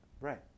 Right